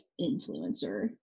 influencer